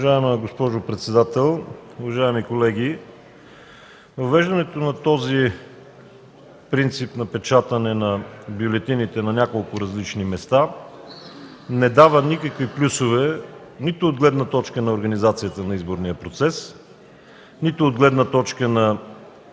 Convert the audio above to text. Въвеждането на този принцип на печатане на бюлетините на няколко различни места не дава никакви плюсове нито от гледна точка на организацията на изборния процес, нито от гледна точка на